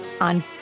on